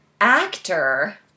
actor